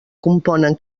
componen